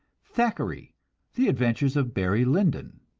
thackeray the adventures of barry lyndon.